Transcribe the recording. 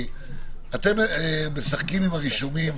כי אתם משחקים עם הרישומים,